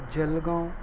جل گاؤں